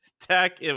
tech